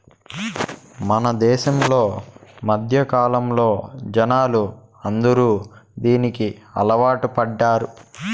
మన దేశంలో మధ్యకాలంలో జనాలు అందరూ దీనికి అలవాటు పడ్డారు